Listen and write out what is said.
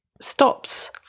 stops